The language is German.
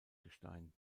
gestein